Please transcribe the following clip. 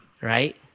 right